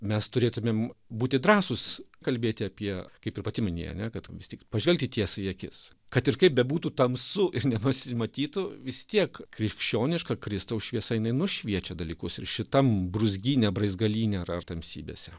mes turėtumėm būti drąsūs kalbėti apie kaip ir pati minėjai ar ne kad vis tik pažvelgti tiesai į akis kad ir kaip bebūtų tamsu ir nepasimatytų vis tiek krikščioniška kristaus šviesa jinai nušviečia dalykus ir šitam brūzgyne braizgalyne ar tamsybėse